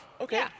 Okay